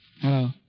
Hello